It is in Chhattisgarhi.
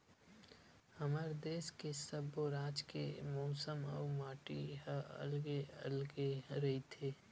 हमर देस के सब्बो राज के मउसम अउ माटी ह अलगे अलगे रहिथे